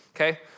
Okay